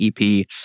EP